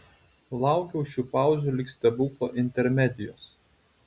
laukiau šių pauzių lyg stebuklo intermedijos